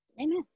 Amen